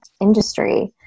industry